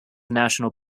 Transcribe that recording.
national